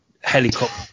helicopter